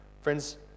Friends